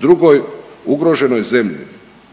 drugoj ugroženoj zemlji.